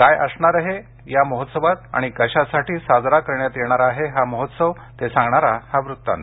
काय असणार आहे या महोत्सवात आणि कशासाठी साजरा करण्यात येणार आहे हा महोत्सव ते सांगणारा हा वृत्तांत